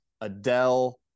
Adele